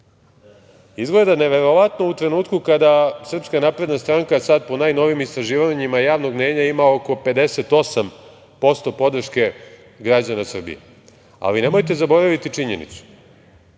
Izgleda neverovatno u trenutku kada SNS, sada po najnovijim istraživanjima javnog mnjenja ima oko 58% podrške građana Srbije, ali nemojte zaboraviti činjenicu